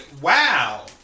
Wow